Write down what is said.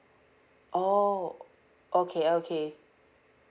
oh okay okay